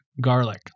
garlic